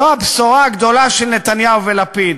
זו הבשורה הגדולה של נתניהו ולפיד